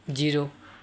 zero